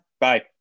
Bye